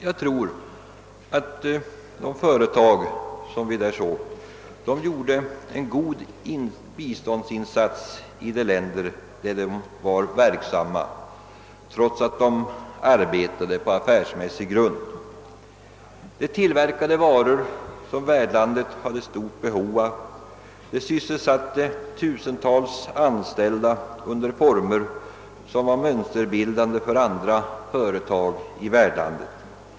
Jag tror att de företag som vi där såg gjorde en god biståndsinsats i de länder där de var verksamma, fastän de arbetade på affärsmässig grund. De tillverkade varor som värdlandet hade stort behov av. De sysselsatte tusentals anställda under former som var mönsterbildande för andra företag i värdlandet.